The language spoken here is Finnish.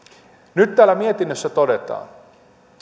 nyt täällä mietinnössä todetaan